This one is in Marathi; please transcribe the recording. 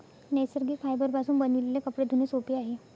नैसर्गिक फायबरपासून बनविलेले कपडे धुणे सोपे आहे